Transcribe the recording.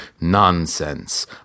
Nonsense